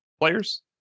players